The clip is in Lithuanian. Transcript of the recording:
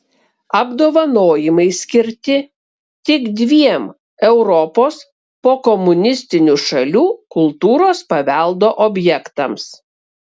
apdovanojimai skirti tik dviem europos pokomunistinių šalių kultūros paveldo objektams